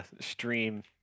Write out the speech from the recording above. stream